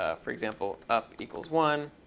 ah for example, up one,